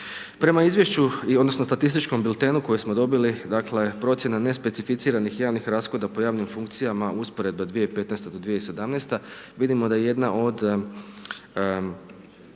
Prema izvješću, odnosno, statističkom biltenu kojeg smo dobili, dakle, procjena nespecificiranih javnih rashoda po javnim funkcijama, usporedbe 2015.-2017. vidimo da je jedna od